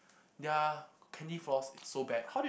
their candy floss is so bad